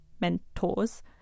mentors